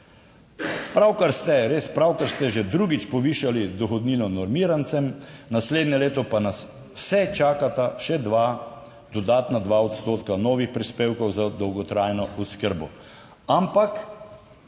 Pravkar ste res, kar ste že drugič, povišali dohodnino normirancem, naslednje leto pa nas vse čakata še dva dodatna odstotka novih prispevkov za dolgotrajno oskrbo.